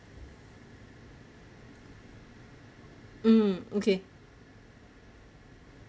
um okay